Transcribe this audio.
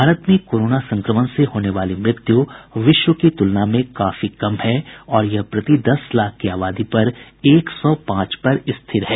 भारत में कोरोना संक्रमण से होने वाली मृत्यू विश्व की तुलना में बहुत कम है और यह प्रति दस लाख की आबादी पर एक सौ पांच पर स्थिर है